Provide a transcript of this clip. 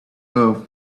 love